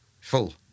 Full